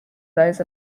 those